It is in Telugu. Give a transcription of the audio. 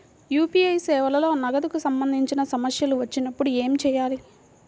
యూ.పీ.ఐ సేవలలో నగదుకు సంబంధించిన సమస్యలు వచ్చినప్పుడు ఏమి చేయాలి?